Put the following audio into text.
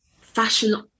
fashion